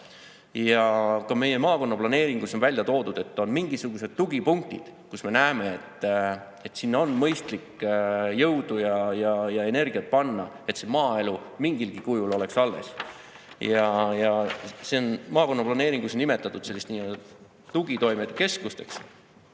Meie maakonnaplaneeringus on välja toodud, et on mingisugused tugipunktid, mille puhul me näeme, et sinna on mõistlik jõudu ja energiat panna, et maaelu mingilgi kujul alles oleks. Need on maakonnaplaneeringus nimetatud tugitoimekeskusteks.